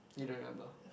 you don't remember